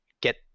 get